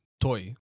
Toy